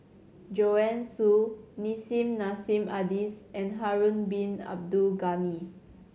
Joanne Soo Nissim Nassim Adis and Harun Bin Abdul Ghani